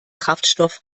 kraftstoff